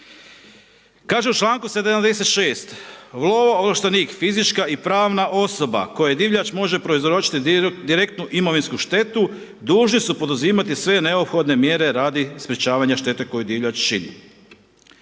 Kaže u članku 76., lovoovlaštenik, fizička i pravna osoba, kojoj divljač može prouzročiti direktnu imovinsku štetu, dužni su poduzimati sve neophodne mjere radi sprečavanja štete koju divljač čini.